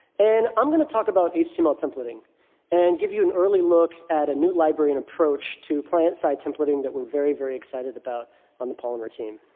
and i'm going to talk about a html templating and give you an early look at a new library and approach to client-side templating that we're very, very excited about on the polymer team.